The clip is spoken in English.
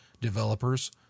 developers